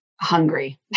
hungry